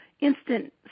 instant